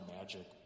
magic